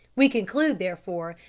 we conclude, therefore,